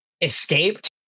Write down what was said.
escaped